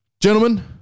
Gentlemen